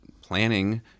planning